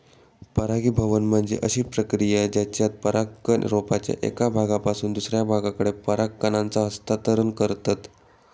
परागीभवन म्हणजे अशी प्रक्रिया जेच्यात परागकण रोपाच्या एका भागापासून दुसऱ्या भागाकडे पराग कणांचा हस्तांतरण करतत